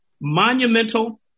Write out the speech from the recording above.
monumental